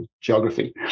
geography